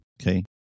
okay